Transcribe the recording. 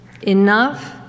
Enough